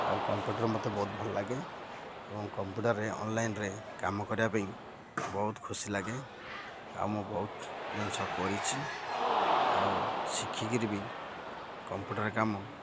ଆଉ କମ୍ପୁଟର ମୋତେ ବହୁତ ଭଲ ଲାଗେ ଏବଂ କମ୍ପୁଟରରେ ଅନ୍ଲାଇନ୍ରେ କାମ କରିବା ପାଇଁ ବହୁତ ଖୁସି ଲାଗେ ଆଉ ମୁଁ ବହୁତ ଜିନିଷ କରିଛିି ଆଉ ଶିଖିକିରି ବି କମ୍ପୁଟର କାମ